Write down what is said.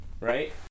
Right